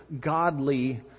godly